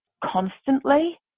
constantly